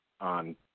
on